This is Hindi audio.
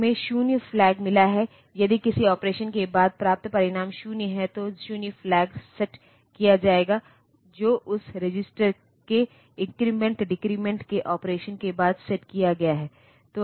हमें 0 फ्लैग मिला है यदि किसी ऑपरेशन के बाद प्राप्त परिणाम 0 है तो 0 फ्लैग सेट किया जाएगा जो उस रजिस्टर के इन्क्रीमेंट डेक्रिमेंट के ऑपरेशन के बाद सेट किया गया है